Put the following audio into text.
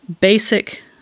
basic